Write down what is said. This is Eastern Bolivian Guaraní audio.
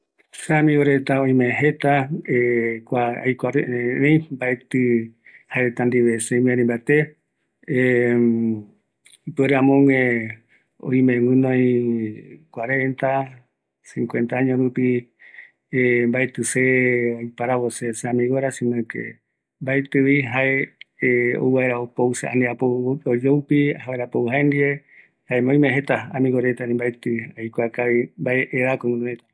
﻿jamui reta oïme jeta kua aikuareta rarei mbaetɨ jaereta ndive semiari mbate ipuere amogue oime gunoi cuarenta cincuenta año rupi mbaeti se aiparabo se amigo vaera sino que mbaeti vi jae ouvaera oupou opou oyoupi se avaera oupou jaendie jaema oime jeta amigo reta erei mbaeti aikuavi mbae edad ko gunoiva